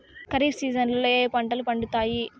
ఖరీఫ్ సీజన్లలో ఏ ఏ పంటలు పండుతాయి